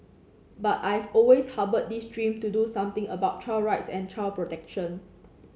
but I've always harboured this dream to do something about child rights and child protection